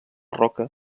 roca